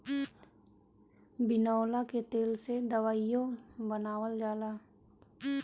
बिनौला के तेल से दवाईओ बनावल जाला